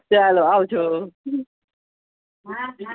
ચાલો આવજો હા હા